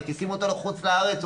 מטיסים אותו לחו"ל או